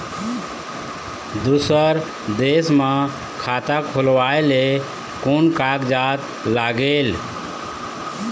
दूसर देश मा खाता खोलवाए ले कोन कागजात लागेल?